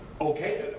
Okay